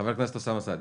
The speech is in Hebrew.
חבר הכנסת אוסמה סעדי.